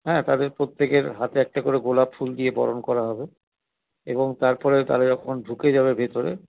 হ্যাঁ তাদের প্রত্যেকের হাতে একটা করে গোলাপ ফুল দিয়ে বরণ করা হবে এবং তারপরেও তারা যখন ঢুকে যাবে ভেতরে